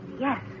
Yes